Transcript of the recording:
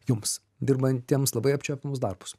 jums dirbantiems labai apčiuopiamus darbus